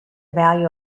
value